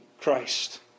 Christ